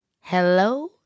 Hello